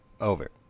Over